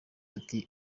ati